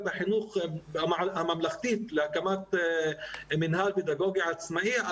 החינוך הממלכתית להקמת מנהל פדגוגי עצמאי,